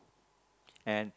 and